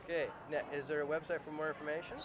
ok is there a website for more information